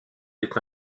est